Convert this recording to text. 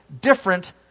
different